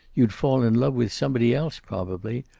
you'd fall in love with somebody else, probably.